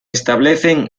establecen